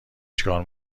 چیکار